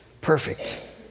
perfect